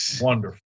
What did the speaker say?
wonderful